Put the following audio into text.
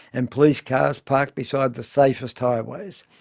and police cars parked beside the safest highways.